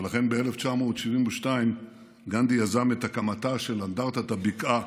ולכן, ב-1972 גנדי יזם את הקמתה של אנדרטת הבקעה